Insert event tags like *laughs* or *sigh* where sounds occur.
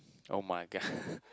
[oh]-my-god *laughs*